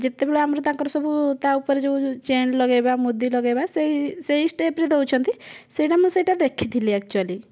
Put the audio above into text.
ଯେତେବେଳେ ଆମର ତା'ଙ୍କର ସବୁ ତା ଉପରେ ଯେଉଁ ଚେନ୍ ଲଗେଇବା ମୁଦି ଲଗେଇବା ସେଇ ସେଇ ସ୍ଟେପରେ ଦେଉଛନ୍ତି ସେ'ଟା ମୁଁ ସେ'ଟା ଦେଖିଥିଲି ଏକ୍ଚୁଆଲି